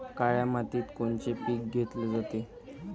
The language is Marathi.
काळ्या मातीत कोनचे पिकं घेतले जाते?